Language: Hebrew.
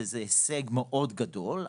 וזה הישג מאוד גדול,